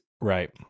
Right